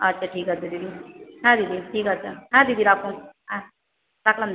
আচ্ছা ঠিক আছে দিদি হ্যাঁ দিদি ঠিক আছে হ্যাঁ দিদি রাখুন হ্যাঁ রাখলাম